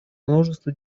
множество